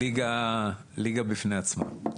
היא ליגה בפני עצמה.